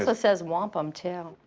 and says whomp them, too.